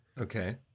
Okay